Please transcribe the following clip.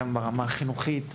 גם ברמה הביטחונית.